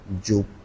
Job